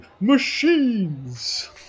machines